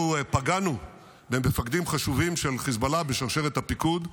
אנחנו פגענו במפקדים חשובים של חיזבאללה בשרשרת הפיקוד,